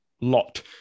lot